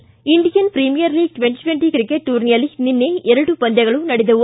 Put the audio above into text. Indian Premier League twenty twenty cricket ಟೂರ್ನಿಯಲ್ಲಿ ನಿನ್ನೆ ಎರಡು ಪಂದ್ಯಗಳು ನಡೆದವು